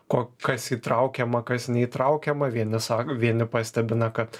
ko kas įtraukiama kas neįtraukiama vieni sa vieni pastebi na kad